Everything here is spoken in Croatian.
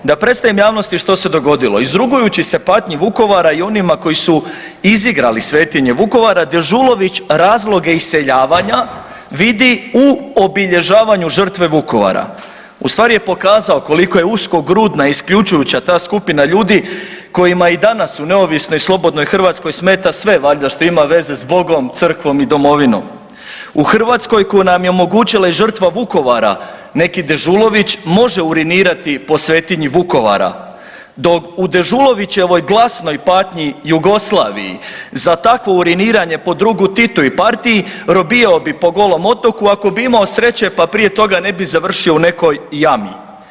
Da predstavim javnosti što se dogodilo, izrugujući se patnji Vukovara i onima koji su izigrali svetinje Vukovara, Dežulović razloge iseljavanja vidi u obilježavanju žrtve Vukovara, ustvari je pokazao koliko je uskogrudna isključujuća ta skupina ljudi kojima danas u neovisnoj slobodnoj Hrvatskoj smeta sve valjda što ima veze s Bogom, Crkvom i Domovinom, u Hrvatskoj koja nam je omogućila i žrtva Vukovara neki Dežulović može urinirati po svetinji Vukovara dok u Dežulovićevoj glasnoj patnji Jugoslaviji za takvo uriniranje po drugu Titu i partiji robijao bi po Golom otoku ako bi imao sreće pa prije toga ne bi završio u nekoj jami.